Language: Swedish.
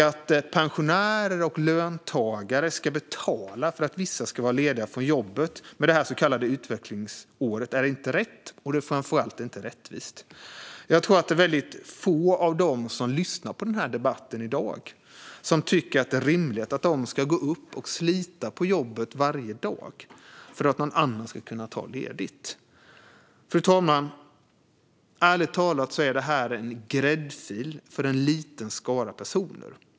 Att pensionärer och löntagare ska betala för att vissa ska vara lediga från jobbet med det så kallade utvecklingsåret är inte rätt, och det är framför allt inte rättvist. Jag tror att det är väldigt få av dem som lyssnar på denna debatt i dag som tycker att det är rimligt att de ska gå upp och slita på jobbet varje dag för att någon annan ska kunna ta ledigt. Fru talman! Detta är ärligt talat en gräddfil för en liten skara personer.